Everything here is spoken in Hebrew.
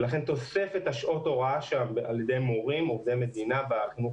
ולכן תוספת שעות ההוראה על די מורים עובדי מדינה בחינוך